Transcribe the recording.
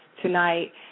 tonight